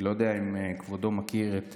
אני לא יודע אם כבודו מכיר את